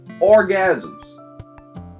orgasms